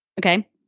Okay